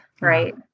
Right